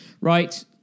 right